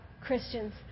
Christians